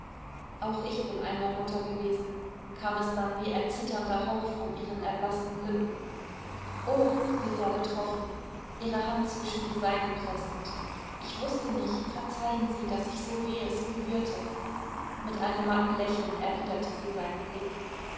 auch ich bin einmal mutter gewesen kam es dann wie ein zitternder hauch von ihren erblaßten lippen o rief er betroffen ihre hand zwischen die seinen pressend ich wußte nicht verzeihen sie daß ich so wehes berührte mit einem matten lächeln erwiderte sie seinen blick